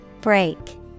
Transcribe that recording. Break